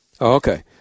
Okay